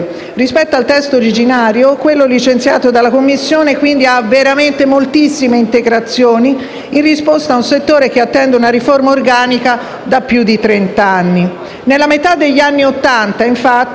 Rispetto al testo originario, quello licenziato dalla Commissione ha moltissime integrazioni in risposta a un settore che attende una riforma organica da più di trent'anni. Nella metà degli anni Ottanta, con